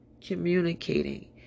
communicating